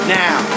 now